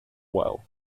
well